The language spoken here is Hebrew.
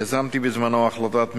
יזמתי בזמנו החלטת ממשלה,